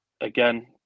again